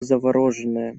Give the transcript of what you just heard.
завороженная